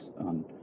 on